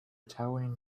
towering